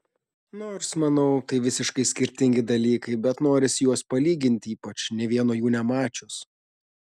nors manau tai visiškai skirtingi dalykai bet norisi juos palyginti ypač nė vieno jų nemačius